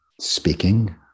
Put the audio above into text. speaking